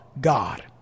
God